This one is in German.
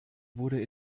wurde